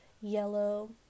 yellow